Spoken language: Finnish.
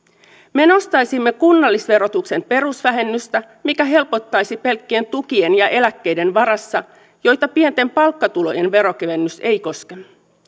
me nostaisimme kunnallisverotuksen perusvähennystä mikä helpottaisi pelkkien tukien ja eläkkeiden varassa eläviä joita pienten palkkatulojen veronkevennys ei koske